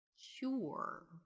Sure